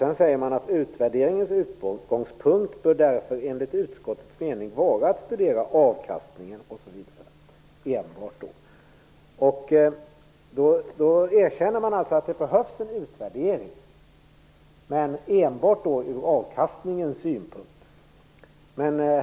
Sedan säger man att utvärderingens utgångspunkt därför enligt utskottets mening bör vara att enbart studera avkastningen osv. Utskottet erkänner alltså att det behövs en utvärdering, men enbart ur avkastningens synpunkt.